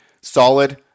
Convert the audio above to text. solid